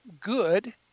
good